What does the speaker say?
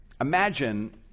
Imagine